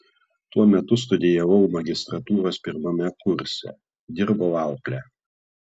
tuo metu studijavau magistrantūros pirmame kurse dirbau aukle